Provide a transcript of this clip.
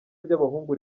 ry’abahungu